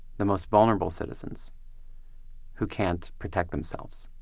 the most vulnerable citizens who can't protect themselves,